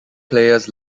players